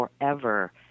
forever